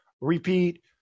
repeat